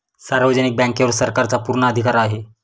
सार्वजनिक बँकेवर सरकारचा पूर्ण अधिकार आहे